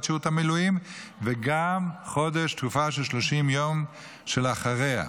שירות המילואים וגם בתקופה של 30 יום שלאחריה,